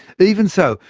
even so,